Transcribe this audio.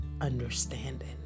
understanding